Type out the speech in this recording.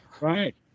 Right